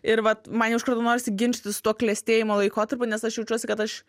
ir vat man jau iš karto norisi ginčytis su tuo klestėjimo laikotarpiu nes aš jaučiuosi kad aš